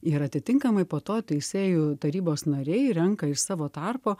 ir atitinkamai po to teisėjų tarybos nariai renka iš savo tarpo